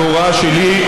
בהוראה שלי,